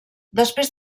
després